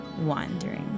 wandering